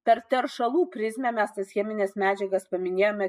per teršalų prizmę mes tas chemines medžiagas paminėjome